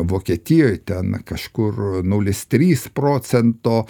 vokietijoj ten kažkur nulis trys procento